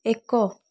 ଏକ